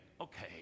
Okay